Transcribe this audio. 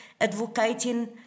advocating